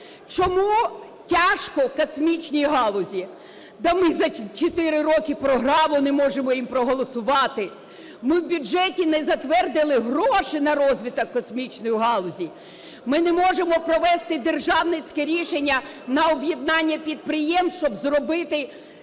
Чому тяжко космічній галузі? Да, ми за чотири роки програму не можемо їм проголосувати, ми в бюджеті не затвердили гроші на розвиток космічної галузі, ми не можемо провести державницьке рішення на об'єднання підприємств, щоб зробити